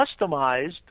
customized